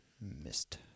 Missed